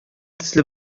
төсле